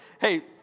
Hey